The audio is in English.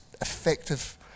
effective